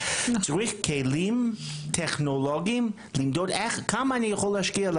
צריך כלים טכנולוגיים למדוד כמה אני יכול להשקיע.